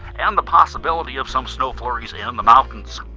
and the possibility of some snow flurries in the mountains.